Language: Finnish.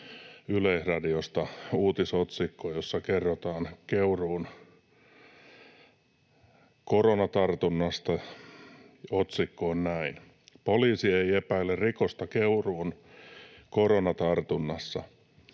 Yleisradiosta uutisotsikko, jossa kerrotaan Keuruun koronatartunnasta. Otsikko on näin: ”Poliisi ei epäile rikosta Keuruun koronatartunnassa.